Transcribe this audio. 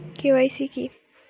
KYC কি?